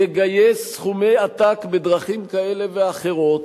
יגייס סכומי עתק בדרכים כאלה ואחרות